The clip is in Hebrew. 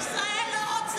עם ישראל לא רוצה אתכם.